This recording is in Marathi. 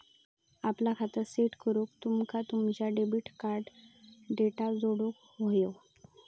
आपला खाता सेट करूक तुमका तुमचो डेबिट कार्ड डेटा जोडुक व्हयो